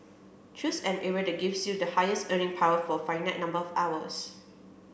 choose an area that gives you the highest earning power for finite number of hours